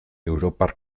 europar